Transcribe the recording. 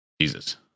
Jesus